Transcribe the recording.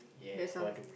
that's all